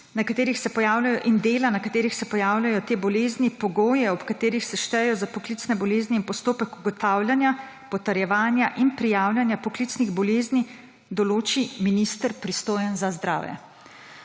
in dela, na katerih se pojavljajo te bolezni, pogoje, ob katerih se štejejo za poklicne bolezni, in postopek ugotavljanja, potrjevanja in prijavljanja poklicnih bolezni določi minister, pristojen za zdravje.